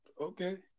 okay